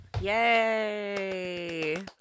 yay